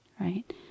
right